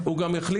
הוא גם החליט,